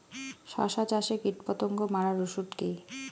শসা চাষে কীটপতঙ্গ মারার ওষুধ কি?